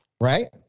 Right